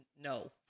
No